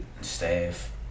staff